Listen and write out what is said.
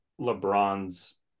LeBron's